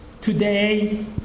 Today